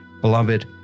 Beloved